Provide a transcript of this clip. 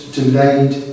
delayed